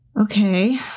Okay